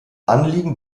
anliegen